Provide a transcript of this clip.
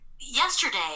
yesterday